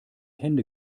hände